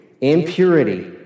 impurity